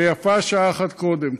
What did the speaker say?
ויפה שעה אחת קודם.